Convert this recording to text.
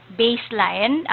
baseline